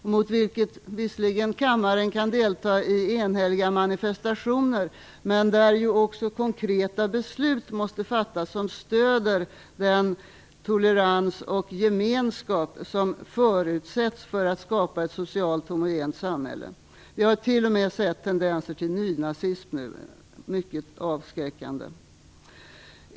Kammaren kan visserligen delta i enhälliga manifestationer mot detta, men det måste också fattas konkreta beslut som stödjer den tolerans och gemenskap som förutsätts för att skapa ett socialt homogent samhälle. Vi har nu t.o.m. sett mycket avskräckande tendenser till nynazism.